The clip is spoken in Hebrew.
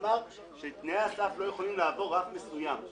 שאמר שתנאי הסף לא יכולים לעבור רף מסוים.